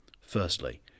Firstly